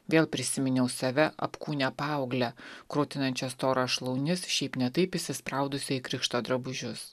vėl prisiminiau save apkūnią paauglę krutinančią storas šlaunis šiaip ne taip įsispraudusią į krikšto drabužius